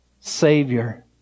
Savior